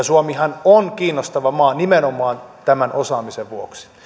suomihan on kiinnostava maa nimenomaan tämän osaamisen vuoksi